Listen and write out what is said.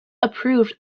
approved